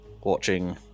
watching